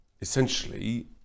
essentially